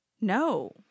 no